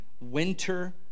winter